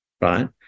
right